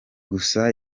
gusa